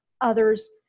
others